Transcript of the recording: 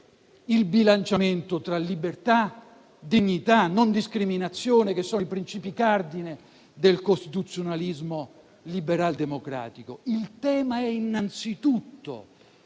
il bilanciamento tra libertà, dignità e non discriminazione, che sono i principi cardine del costituzionalismo liberaldemocratico. Il tema è innanzitutto